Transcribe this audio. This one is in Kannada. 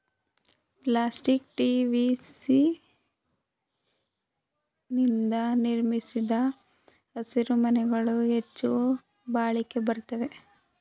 ಪ್ಲಾಸ್ಟಿಕ್ ಟಿ.ವಿ.ಸಿ ನಿಂದ ನಿರ್ಮಿಸಿದ ಹಸಿರುಮನೆಗಳು ಹೆಚ್ಚು ಬಾಳಿಕೆ ಬರುತ್ವೆ